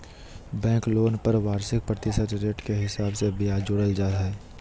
bank loan पर वार्षिक प्रतिशत रेट के हिसाब से ब्याज जोड़ल जा हय